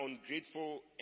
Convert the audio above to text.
ungrateful